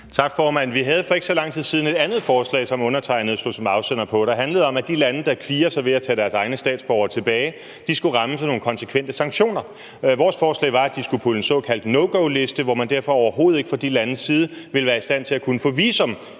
Tak, formand. Vi havde for ikke så lang tid siden et anden forslag, som undertegnede stod som afsender på, der handlede om, at de lande, der kviede sig ved at tage deres egne statsborgere tilbage, skulle rammes af nogle konsekvente sanktioner. Vores forslag var, at de skulle på en såkaldt no go-liste, hvor man derfor overhovedet ikke for de landes vedkommende ville være i stand til at kunne få visum